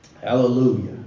Hallelujah